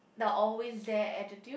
the always there attitude